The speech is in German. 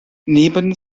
neben